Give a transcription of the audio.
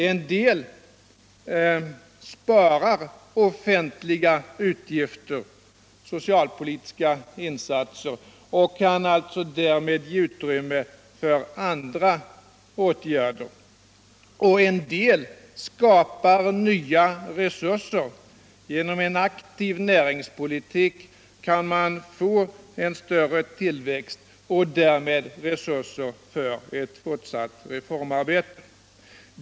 En del sparar på offentliga utgifter och socialpolitiska insatser och kan alltså därmed ge utrymme för andra åtgärder. En del skapar nya resurser. Genom en aktiv näringspoliuk kan man få en större tillväxt och därmed resurser för ett fortsatt reformarbete.